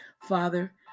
Father